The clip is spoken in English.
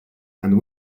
and